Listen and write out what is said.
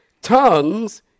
Tongues